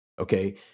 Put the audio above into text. okay